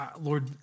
Lord